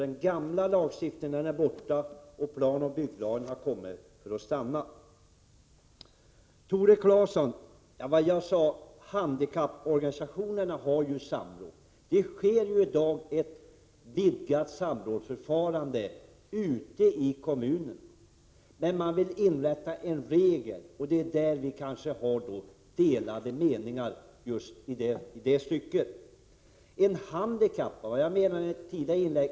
Den gamla lagstiftningen är borta, och planoch bygglagen har kommit för att stanna. Tore Claeson, vad jag sade var att handikapporganisationerna har samråd. Det sker i dag ett vidgat samrådsförfarande ute i kommunerna. Men man vill inrätta en regel, och det är kanske just i det stycket vi har delade meningar.